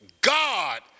God